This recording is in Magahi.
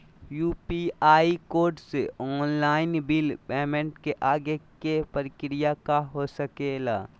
यू.पी.आई कोड से ऑनलाइन बिल पेमेंट के आगे के प्रक्रिया का हो सके ला?